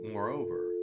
Moreover